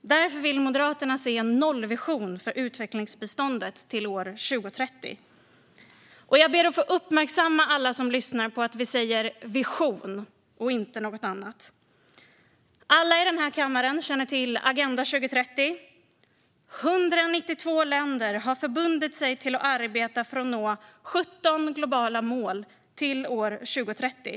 Därför vill Moderaterna se en nollvision för utvecklingsbiståndet till år 2030. Jag ber att få uppmärksamma alla som lyssnar på att vi säger "vision" och inte något annat. Alla i den här kammaren känner till Agenda 2030. 192 länder har förbundit sig att arbeta för att nå 17 globala mål till år 2030.